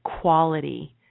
quality